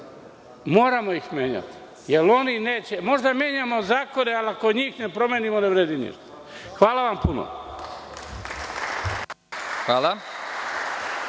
moramo menjati kad-tad. Možemo da menjamo zakone, ali ako njih ne promenimo, ne vredi ništa. Hvala vam puno.